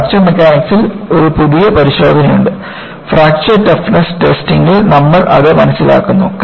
fracture മെക്കാനിക്സിൽ ഒരു പുതിയ പരിശോധനയുണ്ട് ഫ്രാക്ചർ ടഫ്നെസ് ടെസ്റ്റിംഗിൽ നമ്മൾ അത് മനസ്സിലാക്കുന്നു